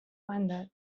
banda